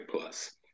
plus